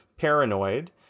paranoid